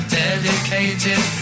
dedicated